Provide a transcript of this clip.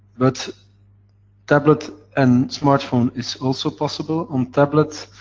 but tablet and smartphone is also possible. on tablet,